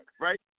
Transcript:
right